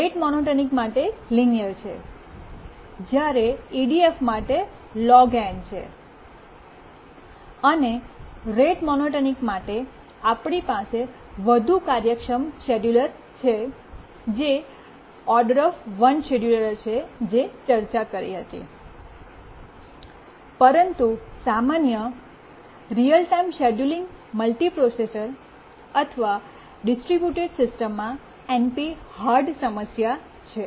rate monotonic માટે linear છે જ્યારે EDF માટે log n છે અને રેટ મોનોટોનિક માટે આપણી પાસે વધુ કાર્યક્ષમ શેડ્યૂલર છે જે O શેડ્યૂલર છે જે ચર્ચા કરી હતી પરંતુ સામાન્ય રીઅલ ટાઇમ શેડ્યૂલિંગ મલ્ટિપ્રોસેસર અથવા ડિસ્ટ્રિબ્યુટેડ સિસ્ટમમાં NP hard સમસ્યા છે